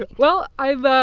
but well, i've.